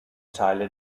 teile